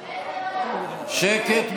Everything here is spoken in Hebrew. שקט,